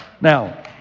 Now